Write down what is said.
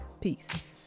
Peace